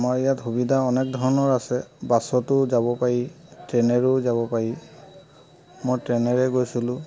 মই ইয়াত সুবিধা অনেক ধৰণৰ আছে বাছতো যাব পাৰি ট্ৰে'নেৰেও যাব পাৰি মই ট্ৰে'নেৰে গৈছিলোঁ